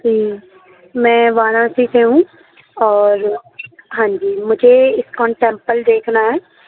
جی میں وارانسی سے ہوں اور ہاں جی مجھے اسکان ٹیمپل دیکھنا ہے